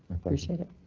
appreciate it.